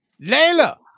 Layla